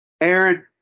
Aaron